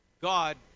God